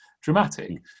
dramatic